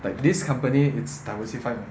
but this company is diversified